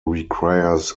requires